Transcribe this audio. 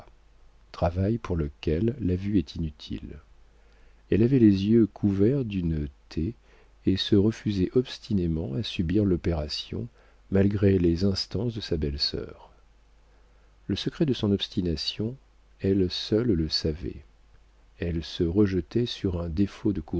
travail pour lequel la vue est inutile elle avait les yeux couverts d'une taie et se refusait obstinément à subir l'opération malgré les instances de sa belle-sœur le secret de son obstination elle seule le savait elle se rejetait sur un défaut